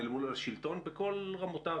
אל מול השלטון בכל רמותיו,